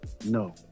no